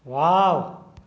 wow